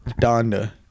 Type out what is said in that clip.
Donda